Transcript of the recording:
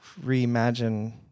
reimagine